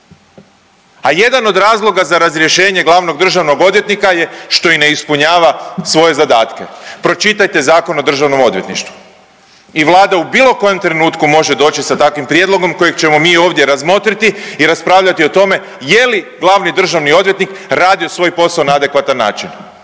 A jedan od razloga za razrješenje glavnog državnog odvjetnika je što ne ispunjava svoje zadatke, pročitajte Zakona o državnom odvjetništvu i Vlada u bilo kojem trenutku može doći sa takvim prijedlogom kojeg ćemo mi ovdje razmotriti i raspravljati o tome je li glavni državni odvjetnik radio svoj posao na adekvatan način.